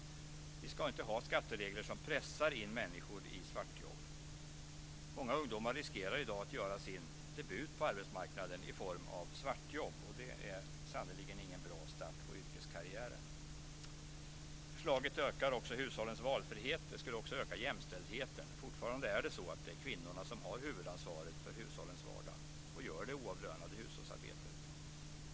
Vi ska inte ha skatteregler som pressar in människor i svartjobb. Många ungdomar riskerar i dag att göra sin debut på arbetsmarknaden med svartjobb, och det är sannerligen ingen bra start på yrkeskarriären. Förslaget ökar också hushållens valfrihet. Det skulle vidare öka jämställdheten. Fortfarande är det så att det är kvinnorna som har huvudansvaret för hushållens vardag och som gör det oavlönade hushållsarbetet.